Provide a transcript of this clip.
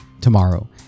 tomorrow